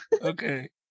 okay